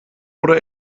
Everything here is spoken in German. oder